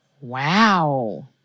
Wow